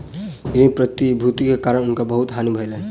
ऋण प्रतिभूति के कारण हुनका बहुत हानि भेलैन